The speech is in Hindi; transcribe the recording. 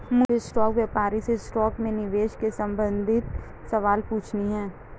मुझे स्टॉक व्यापारी से स्टॉक में निवेश के संबंधित सवाल पूछने है